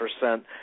percent